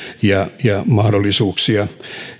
ja mahdollisuuksia